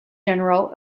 general